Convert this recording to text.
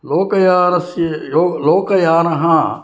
लोकयानस्य लोकयानः